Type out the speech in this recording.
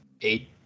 eight